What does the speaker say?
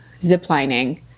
ziplining